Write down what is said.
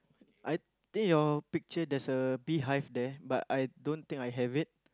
I think your picture there's a beehive there but I don't think I have it